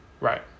Right